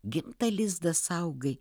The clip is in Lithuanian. gimtą lizdą saugai